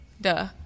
Duh